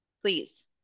please